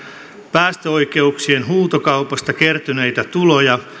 päästöoikeuksien huutokaupasta kertyneitä tuloja